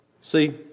See